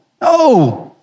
no